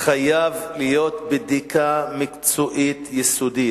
חייבת להיות בדיקה מקצועית יסודית.